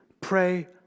pray